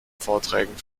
vorträgen